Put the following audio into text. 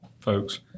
folks